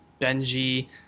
Benji